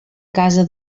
casa